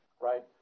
right